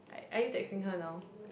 are are you texting her now